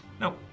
No